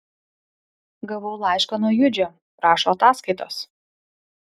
gavau laišką nuo judžio prašo ataskaitos